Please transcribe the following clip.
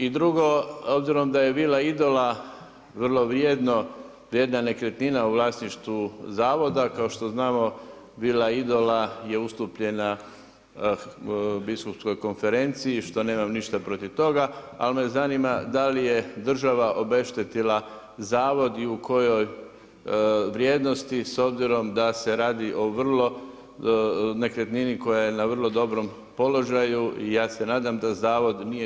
I drugo, obzirom da je vila Idola, vrlo vrijedna nekretnina u vlasništvu Zavoda, kao što znamo, vila Idola je ustupljena biskupskoj konferenciji, što nemam ništa protiv toga, ali me zanima, da li je država obeštetila Zavod i u kojoj vrijednosti, s obzirom da se radi o vrlo nekretnini, koja je na vrlo dobrom položaju i ja se nadam da Zavod nije to dao besplatno.